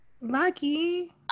Lucky